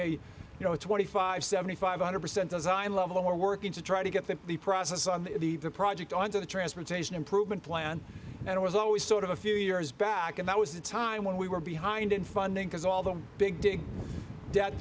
a you know twenty five seventy five hundred percent design level we're working to try to get them the process on the project onto the transportation improvement plan and it was always sort of a few years back and that was the time when we were behind in funding because all the big dig